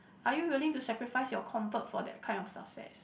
are you willing to sacrifice your comfort for that kind of success